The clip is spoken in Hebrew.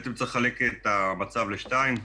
בעצם צריך לחלק את המצב לשניים.